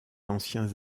anciens